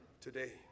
today